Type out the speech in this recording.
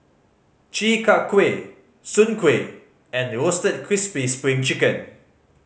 Chi Kak Kuih soon kway and Roasted Crispy Spring Chicken